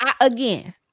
Again